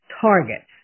targets